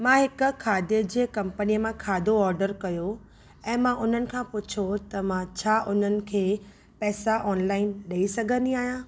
मां हिकु खाधे जी कम्पनीअ मां खाधो ऑर्डर कयो ऐं मां उन्हनि खां पुछियो त मां छा उन्हनि खे पैसा ऑनलाइन ॾई सघंदी आहियां